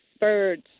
birds